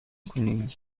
کنیم